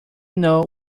know